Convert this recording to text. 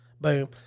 boom